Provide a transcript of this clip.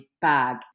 bag